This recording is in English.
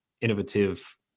innovative